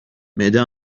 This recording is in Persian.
معده